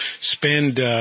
spend